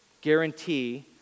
guarantee